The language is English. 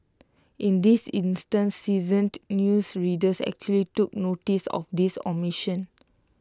in this instance seasoned news readers actually took noticed of this omission